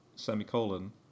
semicolon